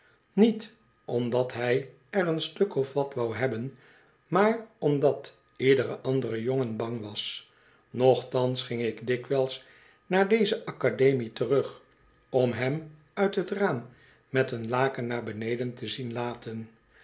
niet omdat hij er een stuk of wat wou hebben maar omdat iedere andere jongen bang was nochtans ging ik dikwijls naar deze academie terug om hem uit het raam met een laken naar beneden te zien laten